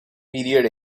period